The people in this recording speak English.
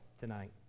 tonight